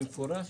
במפורש.